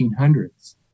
1800s